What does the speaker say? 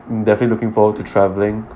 definitely looking forward to traveling